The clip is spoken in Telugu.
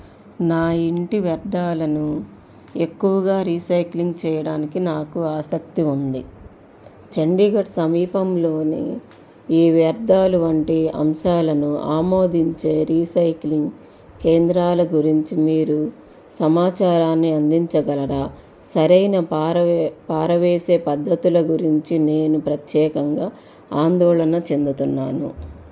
నా ఇంటి వ్యర్థాలను ఎక్కువగా రీసైక్లింగ్ చేయడానికి నాకు ఆసక్తి ఉంది చండీగఢ్ సమీపంలో ఈ వ్యర్థాలు వంటి అంశాలను ఆమోదించే రీసైక్లింగ్ కేంద్రాల గురించి మీరు సమాచారాన్ని అందించగలరా సరైన పారవే పారవేసే పద్ధతుల గురించి నేను ప్రత్యేకంగా ఆందోళన చెందుతున్నాను